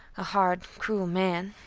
a hard, cruel man,